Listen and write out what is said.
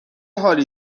حالی